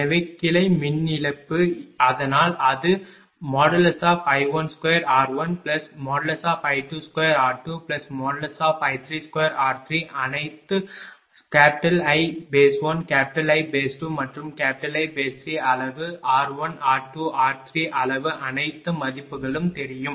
எனவே கிளை மின் இழப்பு அதனால் அது I12r1I22r2I32r3 அனைத்து I1I2 மற்றும் I3 அளவு r1r2 r3 அளவு அனைத்து மதிப்புகளும் தெரியும்